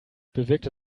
bewirkte